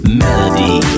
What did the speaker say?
melody